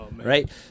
Right